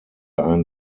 ein